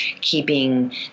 keeping